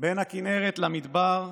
בין הכנרת למדבר,